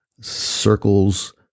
circles